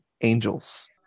angels